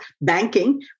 banking